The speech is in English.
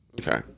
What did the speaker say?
Okay